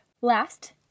Last